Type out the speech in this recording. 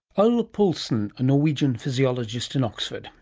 ole paulsen, a norwegian physiologist in oxford,